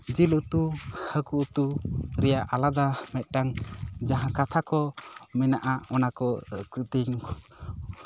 ᱡᱤᱞ ᱩᱛᱩ ᱦᱟᱠᱩ ᱩᱛᱩ ᱨᱮᱭᱟᱜ ᱟᱞᱟᱫᱟ ᱢᱤᱫᱴᱟᱝ ᱡᱟᱦᱟᱸ ᱠᱟᱛᱷᱟ ᱠᱚ ᱢᱮᱱᱟᱜᱼᱟ ᱚᱱᱟ ᱠᱚ ᱛᱮᱦᱮᱧ